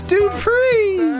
Dupree